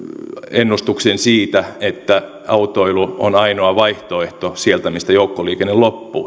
ennustuksen siitä että autoilu on ainoa vaihtoehto siellä mistä joukkoliikenne loppuu